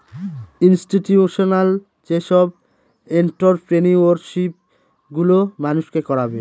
institutional যেসব entrepreneurship গুলো মানুষকে করাবে